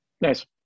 Nice